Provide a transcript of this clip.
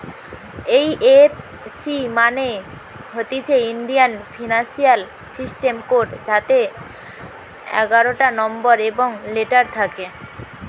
এই F C মানে হতিছে ইন্ডিয়ান ফিনান্সিয়াল সিস্টেম কোড যাতে এগারটা নম্বর এবং লেটার থাকে